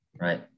Right